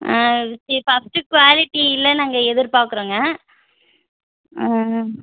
ஆ சரி ஃபஸ்ட்டு குவாலிட்டியில் நாங்கள் எதிர்பாக்குறோங்க ஆ